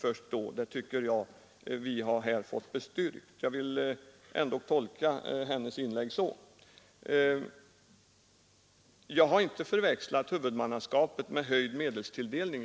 Jag har inte förväxlat huvudmannaskapet med höjd medelstilldelning.